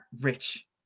rich